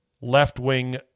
left-wing